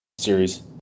series